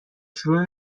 شروع